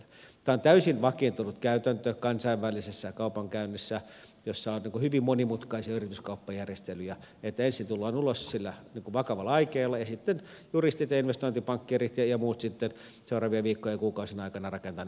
tämä on täysin vakiintunut käytäntö kansainvälisessä kaupankäynnissä jossa on hyvin monimutkaisia yrityskauppajärjestelyjä että ensin tullaan ulos sillä vakavalla aikeella ja sitten juristit ja investointipankkiirit ja muut seuraavien viikkojen ja kuukausien aikana rakentavat lopulliset sopimukset